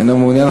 אינו מעוניין,